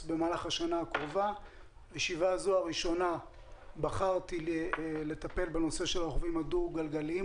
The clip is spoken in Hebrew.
בישיבה הראשונה בחרתי לטפל בנושא של הרוכבים הדו-גלגליים,